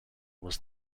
was